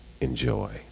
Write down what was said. enjoy